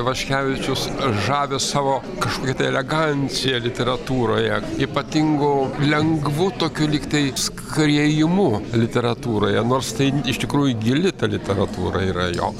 vaškevičius žavi savo kažkokia elegancija literatūroje ypatingu lengvu tokiu lygtai skriejimu literatūroje nors tai iš tikrųjų gili ta literatūra yra jo